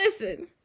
listen